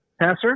passer